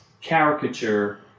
caricature